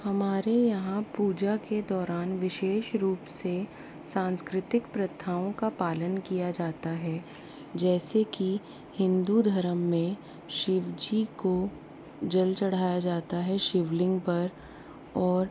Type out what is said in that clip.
हमारे यहाँ पूजा के दौरान विशेष रूप से सांस्कृतिक प्रथाओं का पालन किया जाता है जैसे की हिंदू धर्म में शिवजी को जल चढ़ाया जाता है शिवलिंग पर और